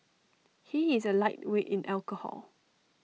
he is A lightweight in alcohol